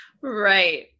Right